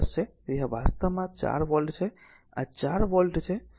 4 અને I 10 છે તેથી આ વાસ્તવમાં 4 વોલ્ટ છે આ 4 વોલ્ટ છે